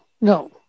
no